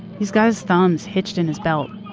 he's got his thumbs hitched in his belt,